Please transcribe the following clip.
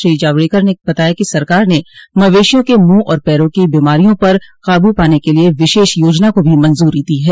श्री जावड़ेकर ने बताया कि सरकार ने मवेशियों के मुंह और पैरों की बीमारियों पर काबू पाने के लिए विशेष योजना को भी मंजूरी दी है